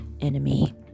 enemy